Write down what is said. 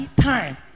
time